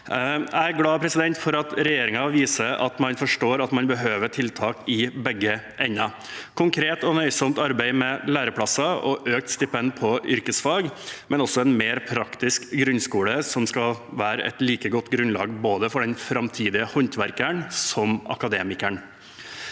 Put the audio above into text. Jeg er glad for at regjeringen viser at man forstår at man behøver tiltak i begge ender: konkret og nøysomt arbeid med læreplasser og økt stipend på yrkesfag, men også en mer praktisk grunnskole som skal være et like godt grunnlag for den framtidige håndverkeren som for akademikeren.